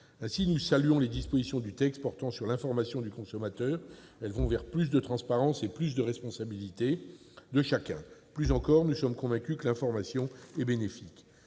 Ainsi, nous saluons les dispositions du texte portant sur l'information du consommateur. Elles vont vers plus de transparence et plus de responsabilité de chacun. Plus encore, nous sommes convaincus que l'information est toujours